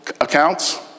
accounts